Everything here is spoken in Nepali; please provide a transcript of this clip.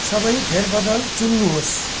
सबै फेरबदल चुन्नुहोस्